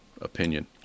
opinion